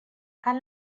cal